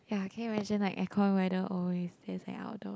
ya can you imagine like aircon weather always that's like outdoors